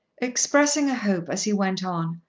expressing a hope as he went on,